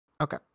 Okay